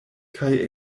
kaj